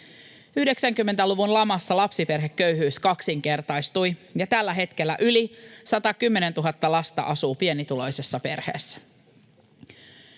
90-luvun lamassa lapsiperheköyhyys kaksinkertaistui, ja tällä hetkellä yli 110 000 lasta asuu pienituloisessa perheessä.